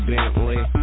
Bentley